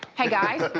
hey, guys.